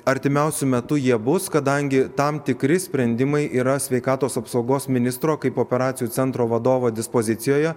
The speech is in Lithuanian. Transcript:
artimiausiu metu jie bus kadangi tam tikri sprendimai yra sveikatos apsaugos ministro kaip operacijų centro vadovo dispozicijoje